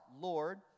Lord